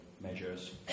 measures